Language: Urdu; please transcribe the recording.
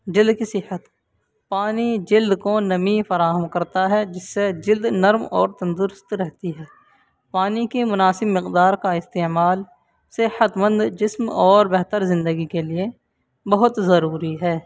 جلد کی صحت پانی جلد کو نمی فراہم کرتا ہے جس سے جلد نرم اور تندرست رہتی ہے پانی کی مناسب مقدار کا استعمال صحت مند جسم اور بہتر زندگی کے لیے بہت ضروری ہے